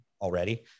already